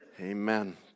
Amen